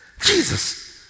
Jesus